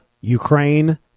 Ukraine